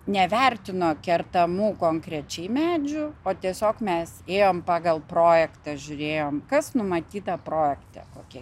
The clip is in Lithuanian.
nevertino kertamų konkrečiai medžių o tiesiog mes ėjom pagal projektą žiūrėjom kas numatyta projekte kokie